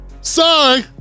Sorry